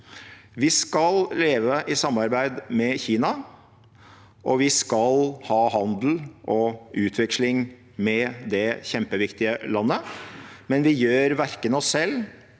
Vi skal leve i samarbeid med Kina, og vi skal ha handel og utveksling med det kjempeviktige landet, men vi gjør verken oss selv,